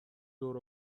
دور